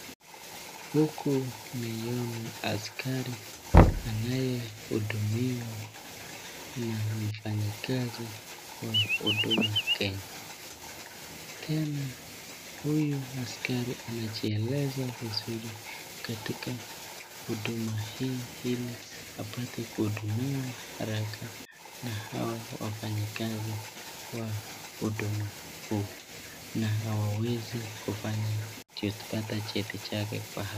Huku namwona askari anaye hudumiwa na mfanyikazi wa huduma kenya tena huyu askari anajieleza vizuri katika huduma hii ili apate kuhudumiwa haraka na hawa wafanyikazi wa huduma hii ,na hawezi kupata cheti chake hapa.